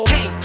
Hey